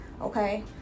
okay